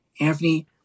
Anthony